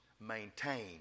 maintain